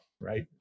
right